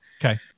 Okay